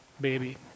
baby